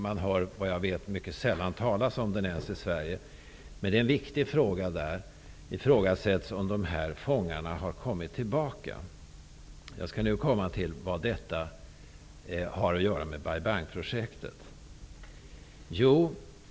Man hör, såvitt jag vet, mycket sällan ens talas om den i Sverige. Jag skall nu komma till vad det har med Bai Bang-projektet att göra. Jag är mycket illa informerad i denna fråga, men jag blev alarmerad när jag underrättades.